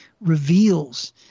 reveals